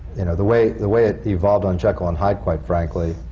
you know, the way the way it evolved on jekyll and hyde, quite frankly,